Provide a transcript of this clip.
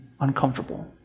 uncomfortable